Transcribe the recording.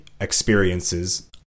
experiences